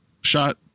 shot